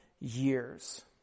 Years